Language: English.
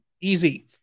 easy